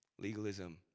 Legalism